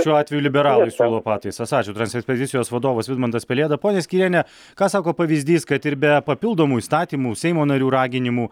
šiuo atveju liberalai siūlo pataisas ačiū transekspedicijos vadovas vidmantas pelėda ponia skyriene ką sako pavyzdys kad ir be papildomų įstatymų seimo narių raginimų